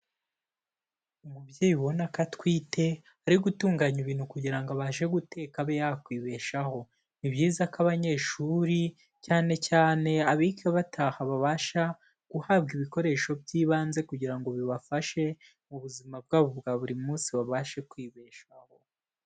Umubyeyi ubona ko atwite ari gutunganya ibintu kugira ngo abashe guteka abe yakwibeshaho, ni byiza ko abanyeshuri, cyane cyane abiga bataha babasha guhabwa ibikoresho by'ibanze kugira ngo bibafashe mu buzima bwabo bwa buri munsi, babashe kwibeshaho.